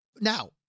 Now